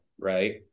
Right